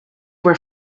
were